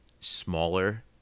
smaller